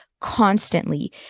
constantly